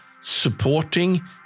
supporting